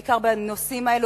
בעיקר בנושאים האלה,